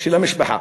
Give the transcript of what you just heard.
של המשפחה.